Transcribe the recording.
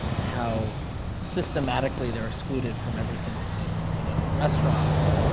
how systematically they're excluded from every single scene, you know, restaurants,